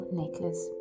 necklace